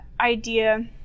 idea